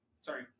Sorry